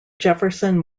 jefferson